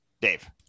Dave